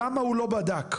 למה הוא לא בדק,